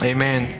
Amen